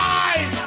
eyes